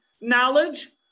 knowledge